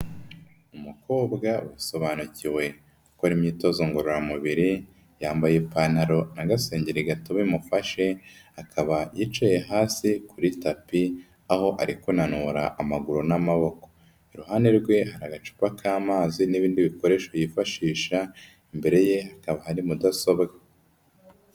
Umukobwa usobanukiwe gukora imyitozo ngororamubiri yambaye ipantaro, agasengeri gato bimufashe, akaba yicaye hasi kuri tapi aho ari kunanura amaguru n'amaboko. Iruhande rwe hari agacupa k'amazi n'ibindi bikoresho yifashisha imbere ye hakaba hari mudasobwa.